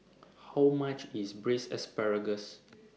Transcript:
How much IS Braised Asparagus